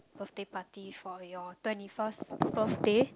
birthday party for your twenty first birthday